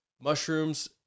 Mushrooms